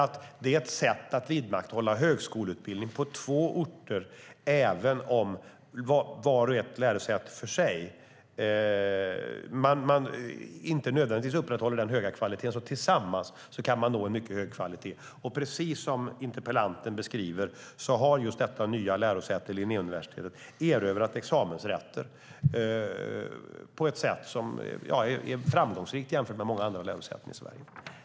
Jo, det är ett sätt att vidmakthålla högskoleutbildning även om varje lärosäte för sig inte skulle klara av att upprätthålla den höga kvaliteten. Tillsammans kan man nå en mycket hög kvalitet. Precis som interpellanten beskriver har detta nya lärosäte, Linnéuniversitetet, erövrat examensrätter på ett sätt som är framgångsrikt jämfört med många andra lärosäten i Sverige.